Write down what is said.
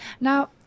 Now